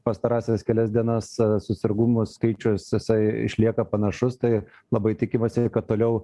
pastarąsias kelias dienas susergamumo skaičius jisai išlieka panašus tai labai tikimasi kad toliau